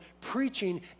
preaching